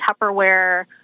Tupperware